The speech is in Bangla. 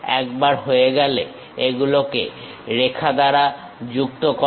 একবার হয়ে গেলে এগুলোকে রেখা দ্বারা যুক্ত করো